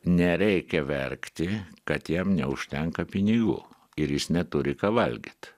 nereikia verkti kad jam neužtenka pinigų ir jis neturi ką valgyt